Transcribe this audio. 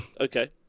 Okay